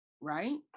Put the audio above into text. right